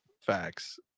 facts